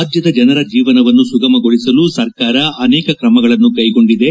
ರಾಜ್ಯದ ಜನರ ಜೀವನವನ್ನು ಸುಗಮಗೊಳಿಸಲು ಸರ್ಕಾರ ಅನೇಕ ತ್ರಮಗಳನ್ನು ಕೈಗೊಂಡಿದೆ